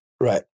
Right